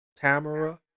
Tamara